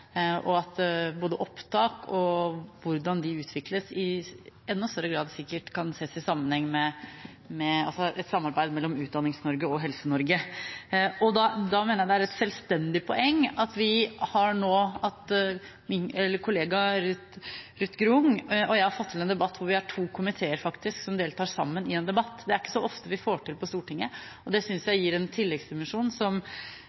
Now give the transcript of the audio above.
og at både opptak og hvordan de utvikles, i enda større grad sikkert kan ses i sammenheng med et samarbeid mellom Utdannings-Norge og Helse-Norge. Da mener jeg det er et selvstendig poeng at min kollega Ruth Grung og jeg har fått til en debatt hvor vi faktisk er to komiteer som deltar sammen. Det er ikke så ofte vi får til det på Stortinget. Det synes jeg gir en tilleggsdimensjon, som